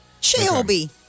Shelby